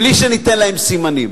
בלי שניתן להם סימנים.